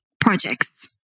projects